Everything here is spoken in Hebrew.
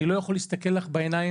אני לא יכול להסתכל לך בעיניים,